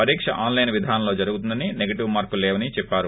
పరీక్ష online విధానంలో జరుగుతుందని ే నేగేటివ్ మార్కులు లేవని చెప్పారు